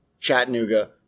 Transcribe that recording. Chattanooga